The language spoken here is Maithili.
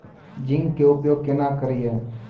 जिंक के उपयोग केना करये?